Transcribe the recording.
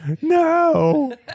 No